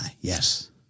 Yes